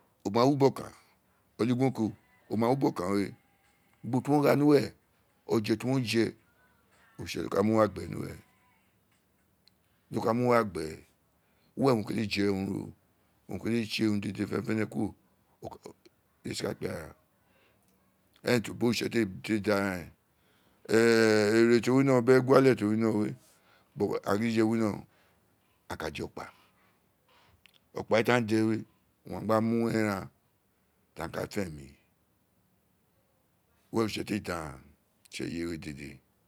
Wo ma wi ubo okan eligbo oko o ma wu ubo o̦kan we ubo ti won gha ni uwe we o̦je fi won je oritse ka mu wa gbee do ka mu wa gbee uwe owun o keye je urun owun o kele tse urun dede fenefene kuro o ka da kpe ara eren ti ubo ti oritse kele daa reen ere ti o wino bi eguale ti o wino̦ we bo̦bo̦ agin gidije wino̦ a ka ta o̦kpa o̦kpa ti a no̦ da we owun a gba mu eran ti aghaan ka fi emi were owun oritse te da aghaan ti eye we dede.